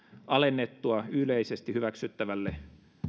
alennettua yleisesti hyväksyttävälle